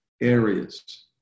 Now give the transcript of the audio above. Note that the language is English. areas